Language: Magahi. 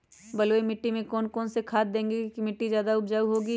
बलुई मिट्टी में कौन कौन से खाद देगें की मिट्टी ज्यादा उपजाऊ होगी?